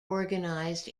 organised